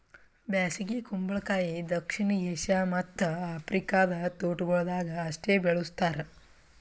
ಬ್ಯಾಸಗಿ ಕುಂಬಳಕಾಯಿ ದಕ್ಷಿಣ ಏಷ್ಯಾ ಮತ್ತ್ ಆಫ್ರಿಕಾದ ತೋಟಗೊಳ್ದಾಗ್ ಅಷ್ಟೆ ಬೆಳುಸ್ತಾರ್